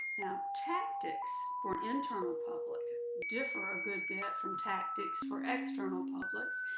now, tactics for internal public differ a good bit from tactics for external publics,